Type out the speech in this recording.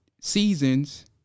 seasons